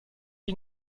you